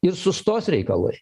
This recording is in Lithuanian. ir sustos reikalai